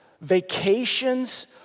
vacations